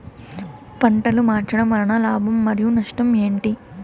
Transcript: పంటలు మార్చడం వలన లాభం మరియు నష్టం ఏంటి